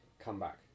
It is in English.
comeback